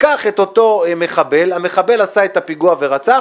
לקח את אותו מחבל, המחבל עשה את הפיגוע ורצח,